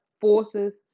forces